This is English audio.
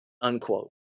unquote